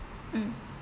mm